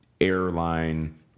airline